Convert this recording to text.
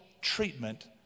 treatment